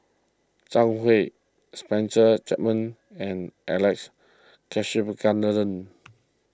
Zhang Hui Spencer Chapman and Alex Abisheganaden